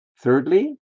thirdly